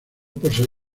poseer